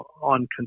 On